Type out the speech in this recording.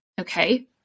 okay